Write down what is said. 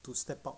to step out